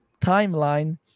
timeline